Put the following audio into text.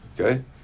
Okay